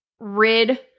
rid